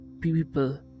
people